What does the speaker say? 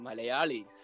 Malayalis